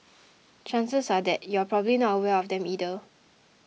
chances are that you're probably not aware of them either